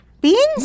Beans